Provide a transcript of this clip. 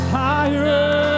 higher